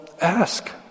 ask